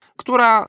która